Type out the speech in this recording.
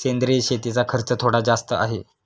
सेंद्रिय शेतीचा खर्च थोडा जास्त आहे